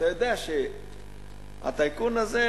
הטייקון הזה,